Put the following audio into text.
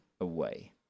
away